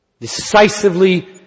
Decisively